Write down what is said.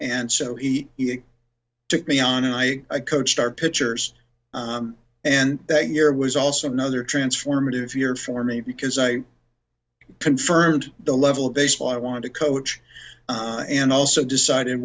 and so he took me on and i coached our pitchers and that year was also another transformative year for me because i confirmed the level of baseball i wanted to coach and also decided